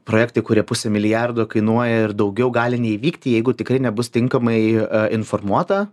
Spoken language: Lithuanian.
projektai kurie pusę milijardo kainuoja ir daugiau gali neįvykti jeigu tikrai nebus tinkamai informuota